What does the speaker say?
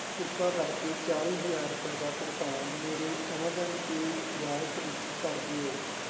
ਕਿਰਪਾ ਕਰਕੇ ਚਾਲੀ ਹਜ਼ਾਰ ਰੁਪਏ ਦਾ ਭੁਗਤਾਨ ਮੇਰੇ ਐਮਾਜ਼ਾਨ ਪੇ ਵਾਲਟ ਵਿੱਚ ਕਰ ਦਿਓ